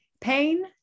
Pain